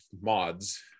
mods